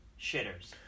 shitters